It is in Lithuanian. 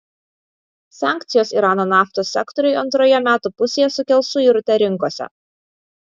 sankcijos irano naftos sektoriui antroje metų pusėje sukels suirutę rinkose